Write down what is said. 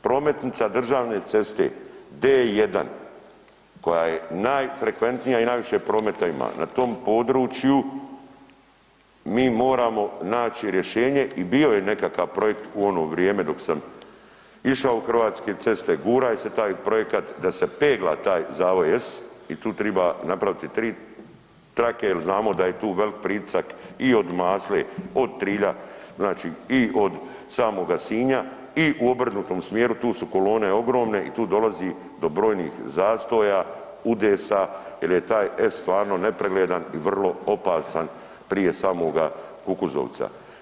Prometnica državne ceste D1 koja je najfrekventnija i najviše prometa ima na tom području mi moramo naći rješenje i bio je nekakav projekt u ono vrijeme dok sam išao u Hrvatske ceste, guraj se taj projekat da se pegla taj zavoj S i tu triba napraviti 3 trake jel znamo da je tu veliki pritisak i od …/nerazumljivo/… od Trilja znači i od samoga Sinja i u obrnutom smjeru tu su kolone ogromne i tu dolazi do brojnih zastoja, udesa, jer je taj S stvarno nepregledan i vrlo opasan prije samoga Kukuzovca.